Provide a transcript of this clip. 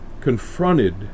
confronted